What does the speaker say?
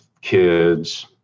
kids